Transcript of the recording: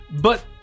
But-